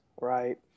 right